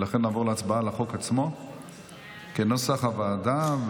ולכן נעבור להצבעה על החוק עצמו כנוסח הוועדה,